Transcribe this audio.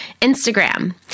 Instagram